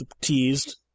teased